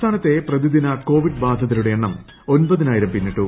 സംസ്ഥാനത്തെ പ്രേതിദിന കോവിഡ് ബാധിതരുടെ എണ്ണം ഒമ്പതിനായിരം പിന്നിട്ടു